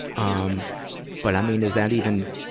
um but i mean, is that even,